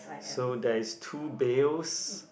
so there is two bales